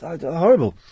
Horrible